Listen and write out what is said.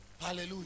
Hallelujah